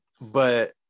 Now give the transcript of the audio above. But-